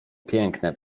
piękne